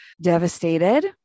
devastated